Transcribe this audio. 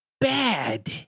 bad